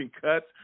cuts